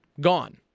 Gone